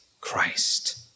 Christ